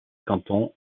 canton